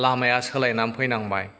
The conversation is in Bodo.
लामाया सोलायनानै फैनांबाय